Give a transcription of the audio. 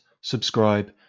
subscribe